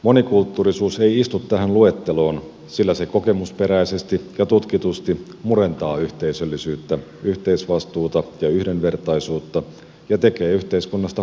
monikulttuurisuus ei istu tähän luetteloon sillä se kokemusperäisesti ja tutkitusti murentaa yhteisöllisyyttä yhteisvastuuta ja yhdenvertaisuutta ja tekee yhteiskunnasta huonomman paikan